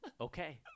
Okay